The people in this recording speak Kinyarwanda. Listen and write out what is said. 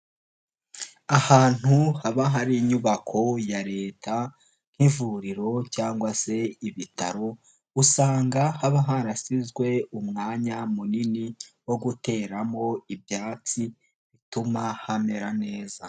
Ahantu haba hari inyubako ya Leta nk'ivuriro cyangwa se ibitaro, usanga haba harasizwe umwanya munini wo guteramo ibyatsi bituma hamera neza.